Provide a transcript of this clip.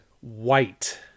white